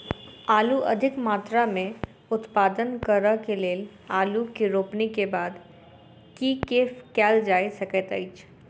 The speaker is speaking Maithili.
आलु अधिक मात्रा मे उत्पादन करऽ केँ लेल आलु केँ रोपनी केँ बाद की केँ कैल जाय सकैत अछि?